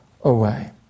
away